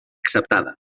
acceptada